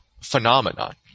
phenomenon